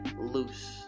loose